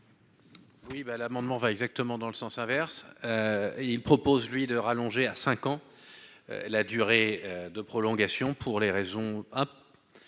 bah, l'amendement va exactement dans le sens inverse, il propose-lui de rallonger à 5 ans la durée de prolongation pour les raisons hein,